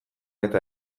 eta